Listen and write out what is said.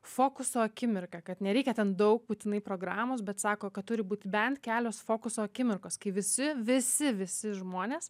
fokuso akimirka kad nereikia ten daug būtinai programos bet sako kad turi būti bent kelios fokuso akimirkos kai visi visi visi žmonės